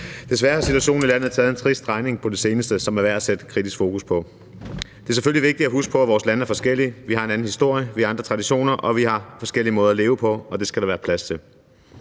Desværre har situationen i landet taget en trist drejning på det seneste, som er værd at sætte kritisk fokus på. Det er selvfølgelig vigtigt at huske på, at vores lande er forskellige – vi har en anden historie, vi har andre traditioner, og vi har forskellige måder at leve på. Og det skal der være plads til.